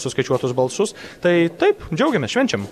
suskaičiuotus balsus tai taip džiaugiamės švenčiam